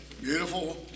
Beautiful